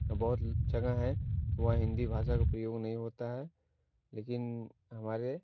तो बहुत जगह है वह हिंदी भाषा का प्रयोग नहीं होता है लेकिन हमारे